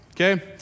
Okay